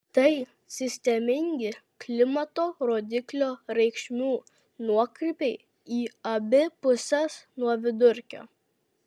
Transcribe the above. tai sistemingi klimato rodiklio reikšmių nuokrypiai į abi puses nuo vidurkio